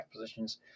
positions